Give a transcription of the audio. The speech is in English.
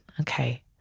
Okay